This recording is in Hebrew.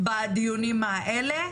בדיונים האלה,